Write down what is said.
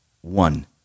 one